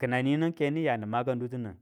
kina ninin ke niya ni makan dutunin.